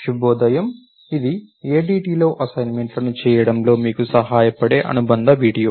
శుభోదయం ఇది ADT లో అసైన్మెంట్లను చేయడంలో మీకు సహాయపడే అనుబంధ వీడియో